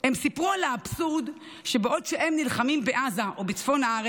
הם סיפרו על האבסורד שבעוד שהם נלחמים בעזה או בצפון הארץ,